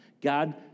God